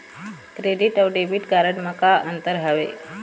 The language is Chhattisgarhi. क्रेडिट अऊ डेबिट कारड म का अंतर हावे?